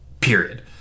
period